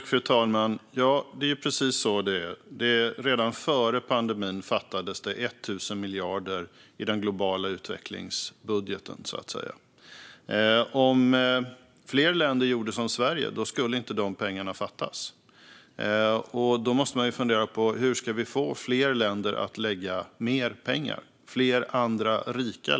Fru talman! Det är precis så det är. Redan före pandemin fattades 1 000 miljarder i den globala utvecklingsbudgeten. Om fler länder gjorde som Sverige skulle de pengarna inte fattas. Då måste vi fundera på hur vi ska få fler rika länder att lägga mer pengar.